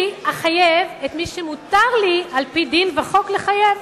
אני אחייב את מי שמותר לי על-פי דין וחוק לחייב.